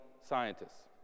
scientists